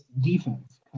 defense